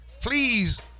please